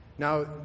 Now